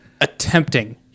attempting